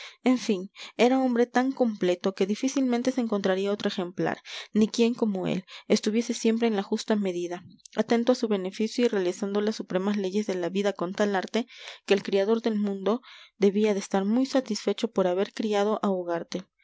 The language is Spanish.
en fin era hombre tan completo que difícilmente se encontraría otro ejemplar ni quien como él estuviese siempre en la justa medida atento a su beneficio y realizando las supremas leyes de la vida con tal arte que el criador del mundo debía de estar muy satisfecho por haber criado